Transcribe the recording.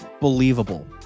believable